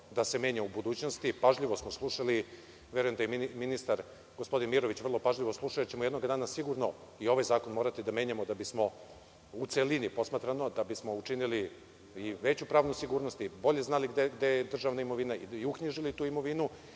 da se menja u budućnosti. Pažljivo smo slušali, verujem, da je i ministar, gospodin Mirović, vrlo pažljivo slušao jer ćemo jednoga dana sigurno i ovaj zakon morati da menjamo da bismo, u celini posmatrano, učinili i veću pravnu sigurnost i bolje znali gde je državna imovina i uknjižili tu imovinu.